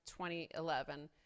2011